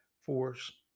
force